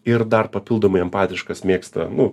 ir dar papildomai empatiškas mėgsta nu